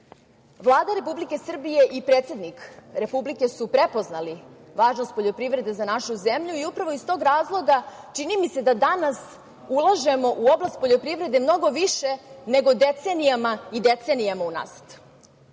nivou. Vlada Republike Srbije i predsednik Republike su prepoznali važnost poljoprivrede za našu zemlju i upravo iz tog razloga čini mi se da danas ulažemo u oblast poljoprivrede mnogo više nego decenijama i decenijama